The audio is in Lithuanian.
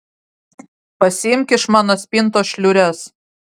pasiimk iš mano spintos šliures